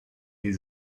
die